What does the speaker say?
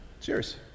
Cheers